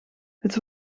het